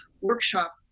workshop